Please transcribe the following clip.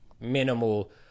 minimal